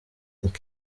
uko